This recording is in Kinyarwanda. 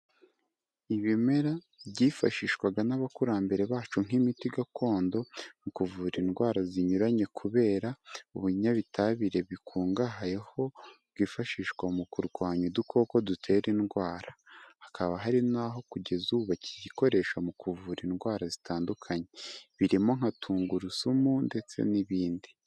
Ibimera byifashishwaga n'abakurambere bacu nk'imiti gakondo, mu kuvura indwara zinyuranye kubera ubunyabitabire bikungahayeho bwifashishwa mu kurwanya udukoko dutera indwara. Hakaba hari naho kugeza ubu bakiyikoresha mu kuvura indwara zitandukanye, birimo nka tungurusumu ndetse n'ibindi.